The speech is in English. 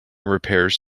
repairs